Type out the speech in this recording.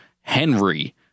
Henry